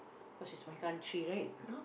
cause it's my country right